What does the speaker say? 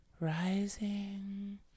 rising